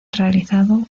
realizado